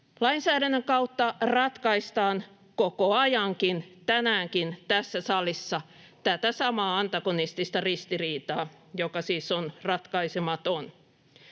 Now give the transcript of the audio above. Lainsäädännön kautta ratkaistaan koko ajan — tänäänkin, tässä salissa — tätä samaa antagonistista ristiriitaa, joka siis on ratkaisematon.